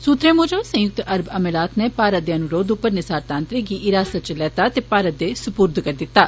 सूत्रें मूजब संयुक्त अरब अमारात नै भारत दे अनुरोध उप्पर निसार तांत्रे गी हिरासत इच लैता ते भारत दे सुपुर्द करी दित्ता